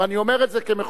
ואני אומר את זה כמחוקקים,